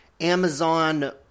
Amazon –